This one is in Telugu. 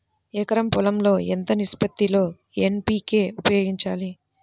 ఎకరం పొలం లో ఎంత నిష్పత్తి లో ఎన్.పీ.కే ఉపయోగించాలి?